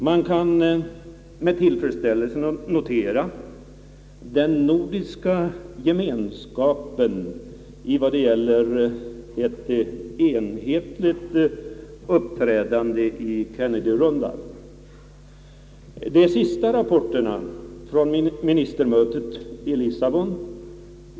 Man kan med tillfredsställelse notera den nordiska gemenskapen vad gäller ett enhetligt uppträdande i Kennedyrundan.